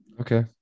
Okay